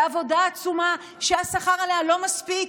בעבודה עצומה שהשכר עליה לא מספיק,